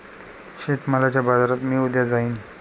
शेतमालाच्या बाजारात मी उद्या जाईन